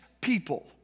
people